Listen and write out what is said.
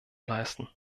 leisten